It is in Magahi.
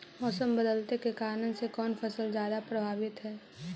मोसम बदलते के कारन से कोन फसल ज्यादा प्रभाबीत हय?